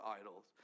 idols